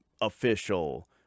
official